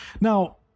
now